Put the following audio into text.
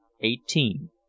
eighteen